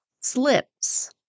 Slips